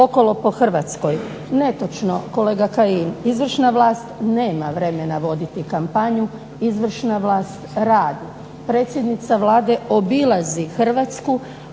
okolo po Hrvatskoj." Netočno, kolega Kajina. Izvršna vlast nema vremena voditi kampanju, izvršna vlast radi. Predsjednica Vlade obilazi Hrvatsku,